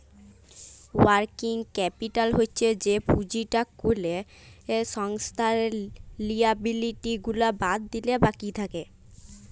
working capital হচ্ছ যে পুঁজিটা কোলো সংস্থার লিয়াবিলিটি গুলা বাদ দিলে বাকি থাক্যে